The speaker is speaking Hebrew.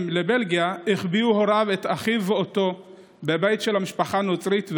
לבלגיה החביאו הוריו את אחיו ואותו בבית של משפחה נוצרית,